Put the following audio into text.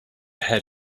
head